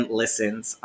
listens